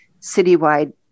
citywide